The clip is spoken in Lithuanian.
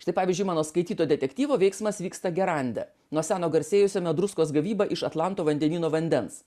štai pavyzdžiui mano skaityto detektyvo veiksmas vyksta gerande nuo seno garsėjusiame druskos gavyba iš atlanto vandenyno vandens